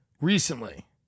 recently